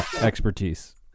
expertise